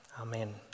amen